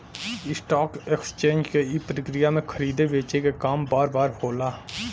stock exchange के ई प्रक्रिया में खरीदे बेचे क काम बार बार होला